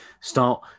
start